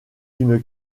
une